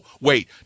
wait